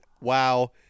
wow